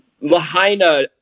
Lahaina